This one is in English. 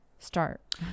start